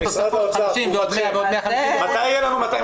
תסכמי את התוספות 50 ועוד 150 --- מתי יהיה לנו 250 בבסיס?